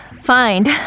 Find